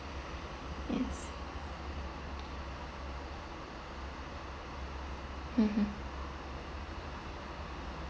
yes mmhmm